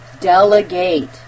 delegate